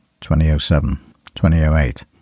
2007-2008